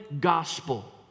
gospel